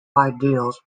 ideals